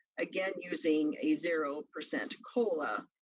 again using a zero percent cola,